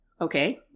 Okay